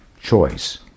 choice